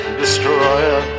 destroyer